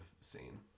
seen